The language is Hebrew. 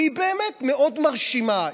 והיא באמת מאוד מרשימה,